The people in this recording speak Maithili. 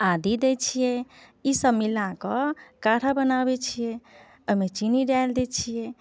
आदी दै छियै ई सभ मिलाकऽ काढ़ा बनाबै छियै ओहिमे चीनी डालि दै छियै